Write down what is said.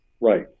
Right